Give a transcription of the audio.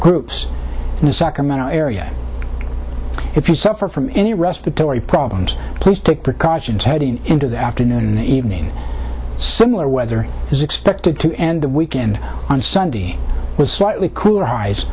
groups in the sacramento area if you suffer from any respiratory problems please take precautions heading into the afternoon or evening similar weather is expected to end the weekend on sunday with slightly cooler